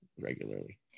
regularly